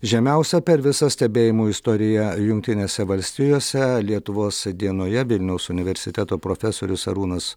žemiausia per visą stebėjimų istoriją jungtinėse valstijose lietuvos dienoje vilniaus universiteto profesorius arūnas